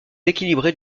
équilibrée